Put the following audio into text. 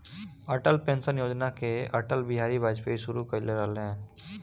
Atal pension योजना के अटल बिहारी वाजपयी शुरू कईले रलें